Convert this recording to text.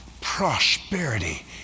Prosperity